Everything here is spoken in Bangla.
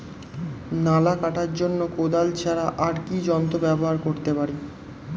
নালা কাটার জন্য কোদাল ছাড়া আর কি যন্ত্র ব্যবহার করতে পারি?